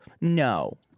no